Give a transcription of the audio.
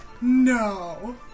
No